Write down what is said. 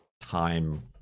time